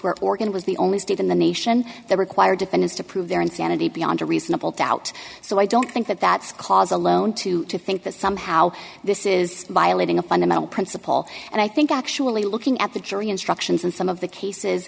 where organ was the only state in the nation that required defendants to prove their insanity beyond a reasonable doubt so i don't think that that's cause alone to think that somehow this is violating a fundamental principle and i think actually looking at the jury instructions and some of the cases